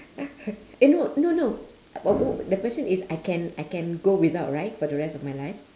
eh no no no uh w~ the question is I can I can go without right for the rest of my life